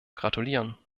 gratulieren